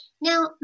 Now